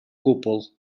gwbl